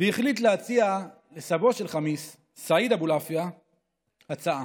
והחליט להציע לסבו של חמיס, סעיד אבולעפיה, הצעה.